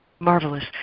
Marvelous